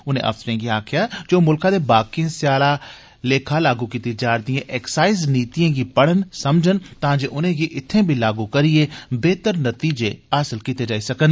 उनें अफसरें गी आक्खेया जे ओ मुल्खै दे बाकी हिस्सें च लागू कीती जारदियें एक्साइज़ नीतियें गी पढ़न समझन तां जे उनेंगी इत्थे बी लागू करियै बेहतर नतीजे हासल कीते जाई सकन